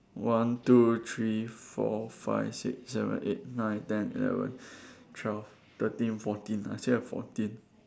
one two three four five six seven eight nine ten eleven twelve thirteen fourteen I still have fourteen